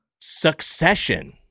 Succession